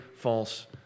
false